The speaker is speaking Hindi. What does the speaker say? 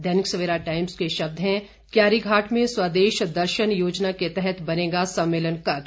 दैनिक सवेरा टाइम्स के शब्द हैं क्यारीघाट में स्वदेश दर्शन योजना के तहत बनेगा सम्मेलन कक्ष